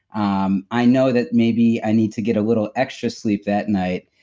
um i know that maybe i need to get a little extra sleep that night.